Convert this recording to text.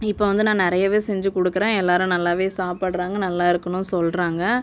இப்போ வந்து நான் நிறையவே செஞ்சு கொடுக்குறே எல்லோரும் நல்லாவே சாப்பிட்றாங்க நல்லாருக்குனு சொல்கிறாங்க